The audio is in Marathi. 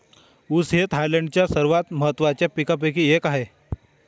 ऊस हे थायलंडच्या सर्वात महत्त्वाच्या पिकांपैकी एक आहे